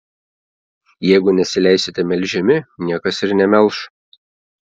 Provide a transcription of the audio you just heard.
jeigu nesileisite melžiami niekas ir nemelš